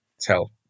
tell